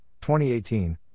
2018